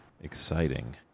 Exciting